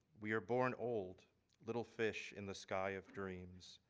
we are born old little fish in the sky of dreams.